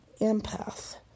empath